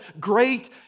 great